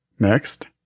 Next